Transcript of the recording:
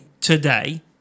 today